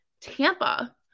Tampa